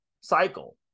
cycle